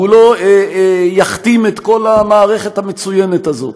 והוא לא יכתים את כל המערכת המצוינת הזאת,